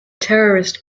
terrorist